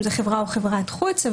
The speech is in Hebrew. אם זו חברה או חברת חוץ.